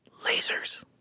lasers